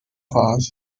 hours